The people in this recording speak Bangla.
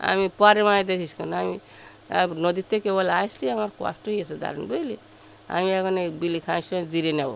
আমি পরে মাছ দেখিস খন আমি নদীর থেকে বলে আসলে আমার কষ্টই আসছে দারুন বুঝলি আমি এখন বিড়ি খাওয়ার সময় জিরিয়ে নেব